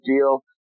deal